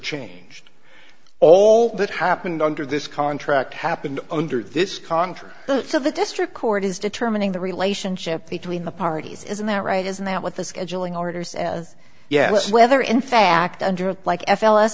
changed all that happened under this contract happened under this contract so the district court is determining the relationship between the parties isn't that right isn't that what the scheduling orders as yet whether in fact under like f l s